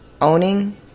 owning